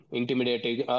intimidating